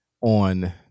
on